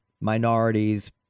minorities